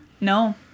No